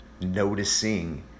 noticing